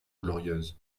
glorieuses